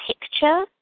picture